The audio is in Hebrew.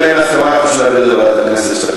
אם אין הסכמה צריך להעביר את זה לוועדת הכנסת,